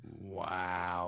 Wow